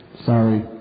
sorry